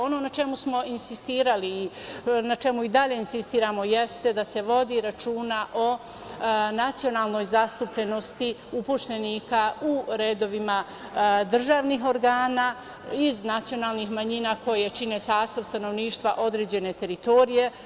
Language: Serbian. Ono na čemu smo insistirali i na čemu i dalje insistiramo, jeste da se vodi računa o nacionalnoj zastupljenosti upošljenika u redovima državnih organa iz nacionalnih manjina koje čine sastav stanovništva određene teritorije.